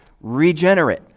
regenerate